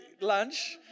lunch